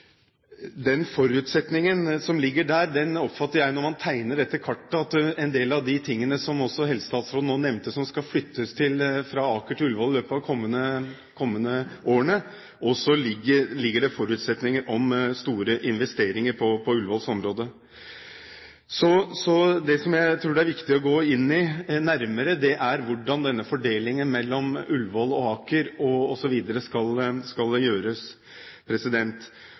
en del av de tingene som også helsestatsråden nå nevnte, som skal flyttes fra Aker til Ullevål i løpet av de kommende årene, også ligger forutsetninger om store investeringer på Ullevåls område, så det jeg tror det er viktig å gå nærmere inn i, er hvordan denne fordelingen mellom Ullevål og Aker osv. skal gjøres. Da er det